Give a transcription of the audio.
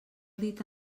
dit